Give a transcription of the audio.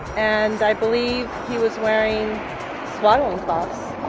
and i believe he was wearing swaddling cloths.